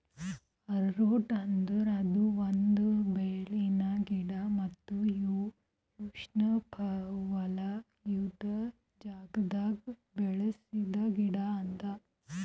arrowroot ಅಂದುರ್ ಇದು ಒಂದ್ ಬೇರಿನ ಗಿಡ ಮತ್ತ ಇವು ಉಷ್ಣೆವಲಯದ್ ಜಾಗದಾಗ್ ಬೆಳಸ ಗಿಡ ಅದಾ